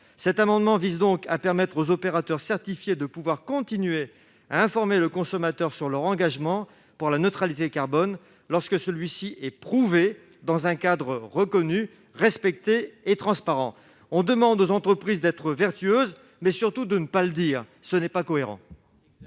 Cet amendement vise donc à permettre aux opérateurs certifiés de pouvoir continuer à informer le consommateur sur leur engagement pour la neutralité carbone, lorsque celui-ci est prouvé, dans un cadre reconnu, respecté et transparent. On demande aux entreprises d'être vertueuses, mais surtout de ne pas le dire. Ce n'est pas cohérent